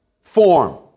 form